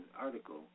article